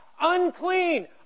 unclean